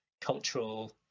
cultural